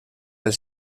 del